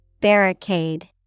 Barricade